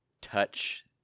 touch